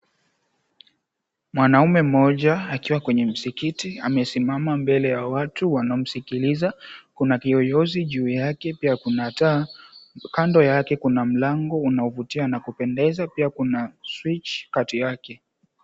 Mwanaume mmoja akiwa kwenye msikiti amesimama mbele ya watu wanaomsikiliza. Kuna kiyoyozi juu yake pia kuna taa. Kando yake kuna mlango unaovutia na kupendeza. Pia kuna switch kati yake.